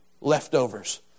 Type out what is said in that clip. leftovers